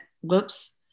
Whoops